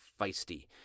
feisty